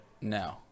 No